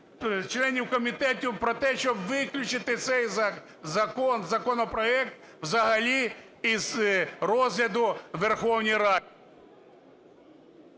членів комітету про те, щоб виключити цей закон, законопроект взагалі із розгляду в Верховній Раді.